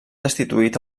destituït